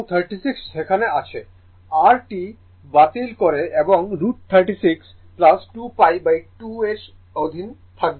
এবং 36 সেখানে আছে r T T বাতিল করা এবং √36 2π 2 এর অধীনে থাকবে